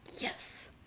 Yes